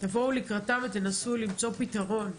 תבואו לקראתם ותנסו למצוא פתרון.